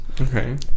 Okay